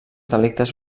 delictes